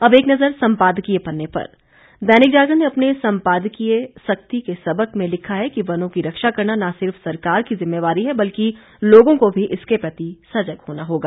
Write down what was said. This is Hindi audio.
अब एक नज़र सम्पादकीय पन्ने पर दैनिक जागरण ने अपने सम्पादकीय सख्ती के सबक में लिखा है कि वनों की रक्षा करना न सिर्फ सरकार की जिम्मेवारी है बल्कि लोगों को भी इसके प्रति सजग होना होगा